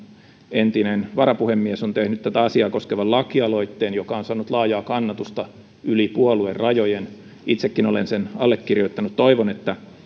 entinen varapuhemies on tehnyt tätä asiaa koskevan lakialoitteen joka on saanut laajaa kannatusta yli puoluerajojen itsekin olen sen allekirjoittanut